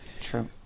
true